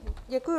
Děkuju.